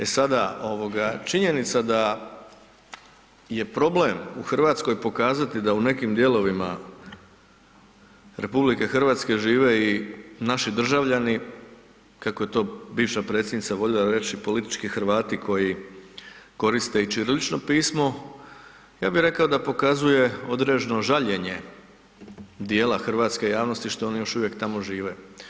E sada, ovoga činjenica da je problem u RH pokazati da u nekim dijelovima RH žive i naši državljani, kako je to bivša predsjednica voljela reći, politički Hrvati koji koriste i ćirilično pismo, ja bi rekao da pokazuje određeno žaljenje dijela hrvatske javnosti što oni još uvijek tamo žive.